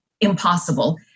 impossible